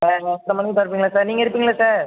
sir எட்ரை மணிக்கு திறப்பீங்களா சார் நீங்கள் இருப்பீங்களா சார்